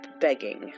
begging